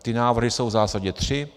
Ty návrhy jsou v zásadě tři.